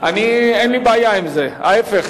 אין לי בעיה עם זה, להיפך.